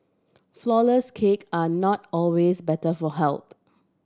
flourless cake are not always better for health